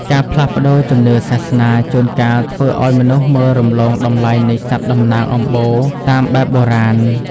ការផ្លាស់ប្តូរជំនឿសាសនា ជួនកាលធ្វើឱ្យមនុស្សមើលរំលងតម្លៃនៃសត្វតំណាងអំបូរតាមបែបបុរាណ។